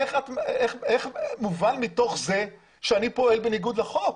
איך מובן מתוך זה שאני פועל בניגוד לחוק?